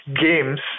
games